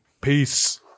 peace